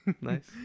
Nice